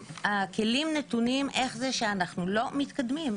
אם הכלים נתונים, איך זה שאנחנו לא מתקדמים?